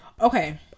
Okay